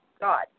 god